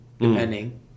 depending